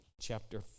chapter